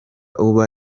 uba